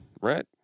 right